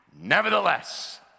Nevertheless